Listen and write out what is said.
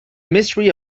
mystery